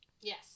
Yes